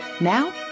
Now